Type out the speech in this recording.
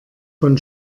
von